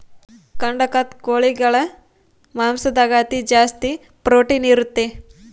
ಕಡಖ್ನಾಥ್ ಕೋಳಿಗಳ ಮಾಂಸದಾಗ ಅತಿ ಜಾಸ್ತಿ ಪ್ರೊಟೀನ್ ಇರುತ್ತೆ